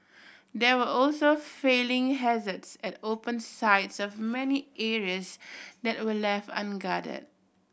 there were also falling hazards at open sides of many areas that were left unguarded